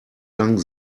lang